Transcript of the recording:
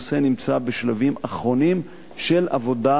הנושא נמצא בשלבים אחרונים של עבודה